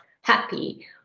happy